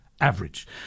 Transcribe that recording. average